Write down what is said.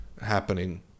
happening